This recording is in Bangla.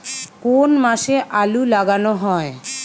কোন মাসে আলু লাগানো হয়?